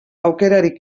aukerarik